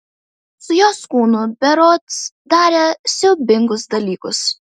su jos kūnu berods darė siaubingus dalykus